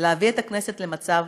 להביא את הכנסת למצב